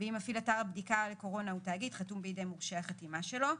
ואם מפעיל אתר הבדיקה לקורונה הוא תאגיד חתום בידי מורשה החתימה שלו;